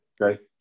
Okay